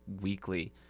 weekly